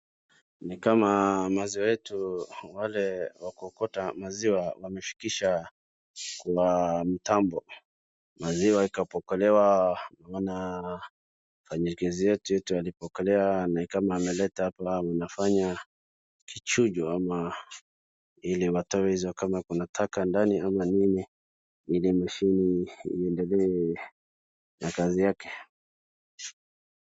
Ni kama maziwa yetu, wale wa kuokota maziwa wamefikisha kwa mtambo. Maziwa ikapokelewa na wafanyikazi wetu walipokea na ni kama ameleta hapa anafanya kichujo ama ili watoe hizo kama kuna taka ndani ama nini ili mashini iendelee na kazi yake.